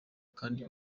kandi